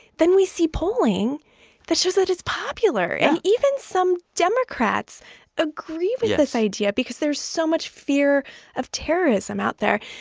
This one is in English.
then we see polling that shows that it's popular, and even some democrats agree with this idea because there's so much fear of terrorism out there.